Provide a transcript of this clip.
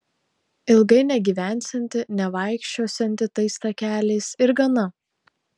ilgai negyvensianti nevaikščiosianti tais takeliais ir gana